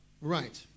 Right